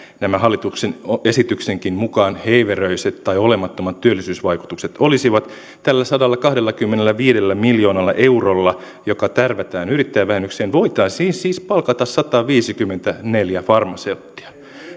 nämä hallituksen esityksenkin mukaan heiveröiset tai olemattomat työllisyysvaikutukset olisivat tällä sadallakahdellakymmenelläviidellä miljoonalla eurolla joka tärvätään yrittäjävähennykseen voitaisiin siis siis palkata sataviisikymmentäneljä farmaseuttia